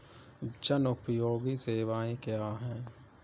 जनोपयोगी सेवाएँ क्या हैं?